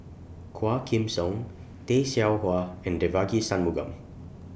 Quah Kim Song Tay Seow Huah and Devagi Sanmugam